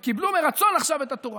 ועכשיו קיבלו מרצון את התורה.